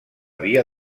via